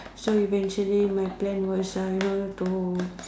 so eventually my plan was uh you know to